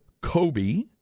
Kobe